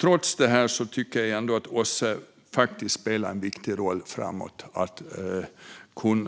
Trots det här tycker jag faktiskt att OSSE spelar en viktig roll framöver för att